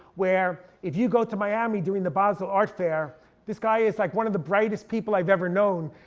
where if you go to miami during the basel art fair this guy is like one of the brightest people i've ever known.